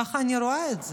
ככה אני רואה את זה.